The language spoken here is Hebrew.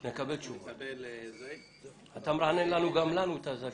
אתה מרענן גם לנו את הזיכרון.